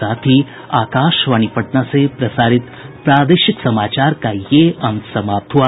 इसके साथ ही आकाशवाणी पटना से प्रसारित प्रादेशिक समाचार का ये अंक समाप्त हुआ